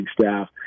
staff